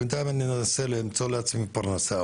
בינתיים אני אנסה למצוא לעצמי פרנסה,